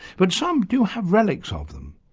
but some do have relics ah of them.